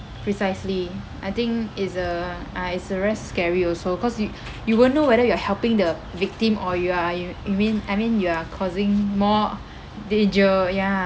precisely I think is uh ah is uh very scary also cause you you won't know whether you are helping the victim or you are you you mean I mean you are causing more danger ya